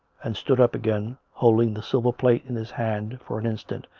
and stood up again, holding the silver plate in his hand for an instant,